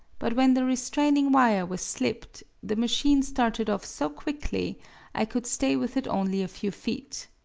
but when the restraining wire was slipped, the machine started off so quickly i could stay with it only a few feet.